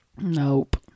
Nope